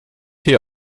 hier